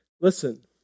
listen